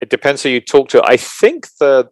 It depends who you talk to, I think that...